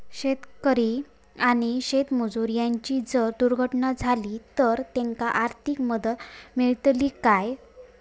शेतकरी आणि शेतमजूर यांची जर दुर्घटना झाली तर त्यांका आर्थिक मदत मिळतली काय?